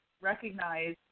recognize